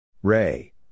Ray